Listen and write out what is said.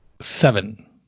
Seven